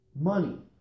Money